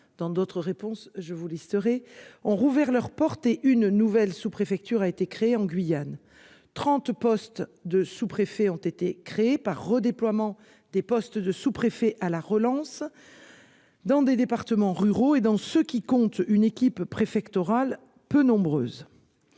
dans d'autres réponses je vous laisserez ont rouvert leurs portes et une nouvelle sous-préfecture a été créé en Guyane. 30 postes de sous-préfet ont été créés par redéploiement des postes de sous-préfet à la relance. Dans des départements ruraux et dans ce qui compte une équipe préfectorale peu nombreuses.